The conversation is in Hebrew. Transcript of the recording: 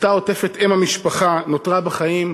אותה עוטפת אם המשפחה, נותרה בחיים,